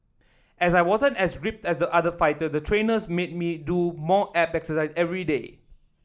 as I wasn't as ripped as the other fighter the trainers made me do more abs exercise everyday